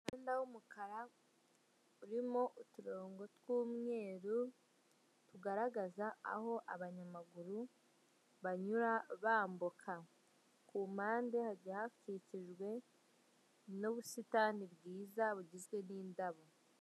Umuhanda w'umukara urimo uturongo tw'umweru, tugaragaza aho abanyamaguru banyura bambuka. Kumpande hakikijwe n'ubusitani bwiza bugizwe n'indabo.